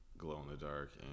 glow-in-the-dark